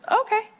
okay